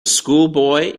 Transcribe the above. schoolboy